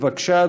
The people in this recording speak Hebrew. בבקשה,